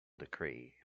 decree